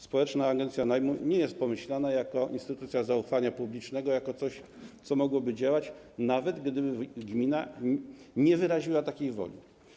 Społeczna agencja najmu nie jest pomyślana jako instytucja zaufania publicznego, jako coś, co mogłoby działać, nawet gdyby gmina nie wyraziła takiej woli.